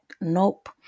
nope